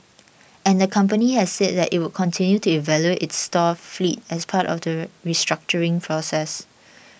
and the company has said that it would continue to evaluate its store fleet as part of the restructuring process